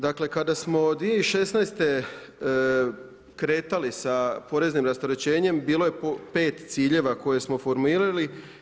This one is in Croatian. Dakle, kada smo 2016. kretali sa poreznim rasterećenjem, bilo je 5 ciljeva koje smo reformirali.